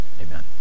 Amen